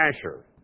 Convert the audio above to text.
Asher